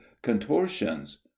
contortions